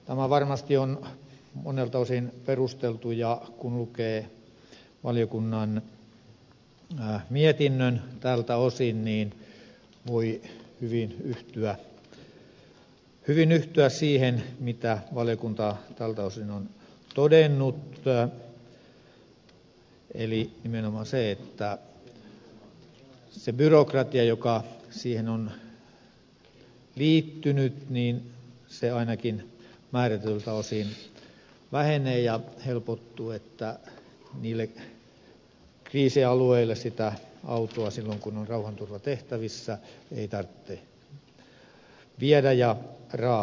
tämä varmasti on monelta osin perusteltu ja kun lukee valiokunnan mietinnön tältä osin niin voi hyvin yhtyä siihen mitä valiokunta tältä osin on todennut eli nimenomaan siihen että se byrokratia joka siihen on liittynyt ainakin määrätyiltä osin vähenee ja helpottuu niin että niille kriisialueille sitä autoa silloin kun on rauhanturvatehtävissä ei tarvitse viedä ja raahata